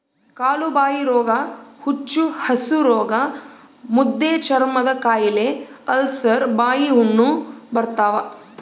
ಕಾಲುಬಾಯಿರೋಗ ಹುಚ್ಚುಹಸುರೋಗ ಮುದ್ದೆಚರ್ಮದಕಾಯಿಲೆ ಅಲ್ಸರ್ ಬಾಯಿಹುಣ್ಣು ಬರ್ತಾವ